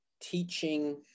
teaching